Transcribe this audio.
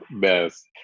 Best